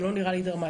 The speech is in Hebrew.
זה לא נראה לי דרמתי.